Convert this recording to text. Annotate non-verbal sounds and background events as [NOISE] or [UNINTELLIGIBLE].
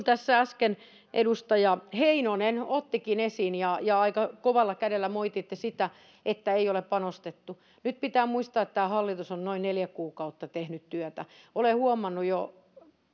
[UNINTELLIGIBLE] tässä äsken edustaja heinonen ottikin esiin sen ja aika kovalla kädellä moititte sitä että ei ole panostettu nyt pitää muistaa että tämä hallitus on noin neljä kuukautta tehnyt työtä olen huomannut